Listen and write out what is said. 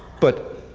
but,